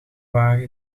wagen